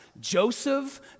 Joseph